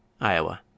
Iowa